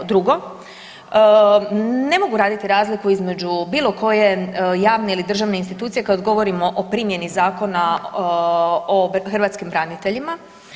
Drugo, ne mogu raditi razliku između bilo koje javne ili državne institucije kad govorimo o primjeni Zakona o hrvatskim braniteljima.